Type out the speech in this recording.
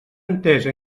entesa